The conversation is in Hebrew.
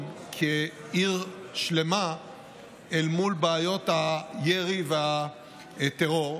כעיר שלמה אל מול בעיות הירי והטרור,